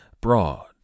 broad